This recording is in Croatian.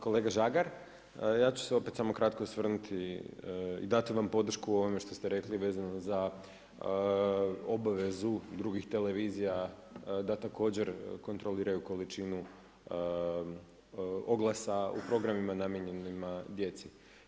Kolega Žagar, ja ću se opet samo kratko osvrnuti i dati vam podršku ovome što ste rekli vezano za obvezu drugih televizija da također kontroliraju količinu oglasa u programima namijenjenima djeci.